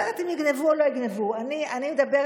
אני לא יודעת אם יגנבו או לא יגנבו,